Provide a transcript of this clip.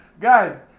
Guys